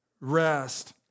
rest